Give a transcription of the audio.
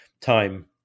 time